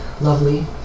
lovely